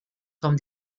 com